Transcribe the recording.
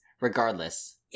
regardless